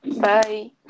bye